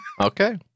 Okay